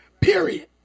period